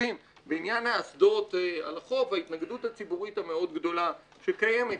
בעניין האסדות על החוף וההתנגדות הציבורית המאוד גדולה שקיימת